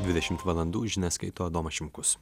dvidešimt valandų žinias skaito adomas šimkus